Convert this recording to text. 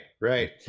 Right